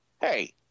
hey